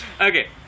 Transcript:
Okay